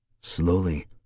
Slowly